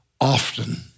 often